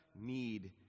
need